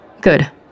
Good